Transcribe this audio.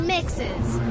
Mixes